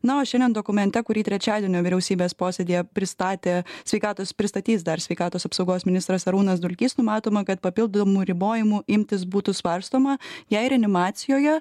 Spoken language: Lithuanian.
na o šiandien dokumente kurį trečiadienio vyriausybės posėdyje pristatė sveikatos pristatys dar sveikatos apsaugos ministras arūnas dulkys numatoma kad papildomų ribojimų imtis būtų svarstoma jei reanimacijoje